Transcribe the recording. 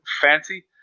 fancy